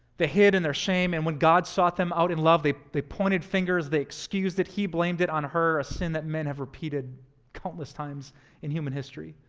they hid in their shame and when god sought them out love, they they pointed fingers, they excused it, he blamed it on her, a sin that men have repeated countless times in human history.